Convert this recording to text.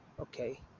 Okay